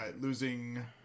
losing